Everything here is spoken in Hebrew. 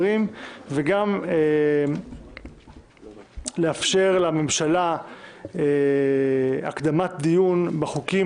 וגם לאפשר לממשלה הקדמת דיון בחוקים